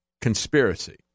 conspiracy